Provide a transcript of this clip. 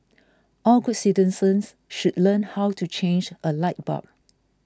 all good citizens should learn how to change a light bulb